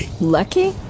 Lucky